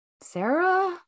Sarah